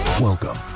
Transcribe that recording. Welcome